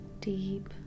deep